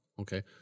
Okay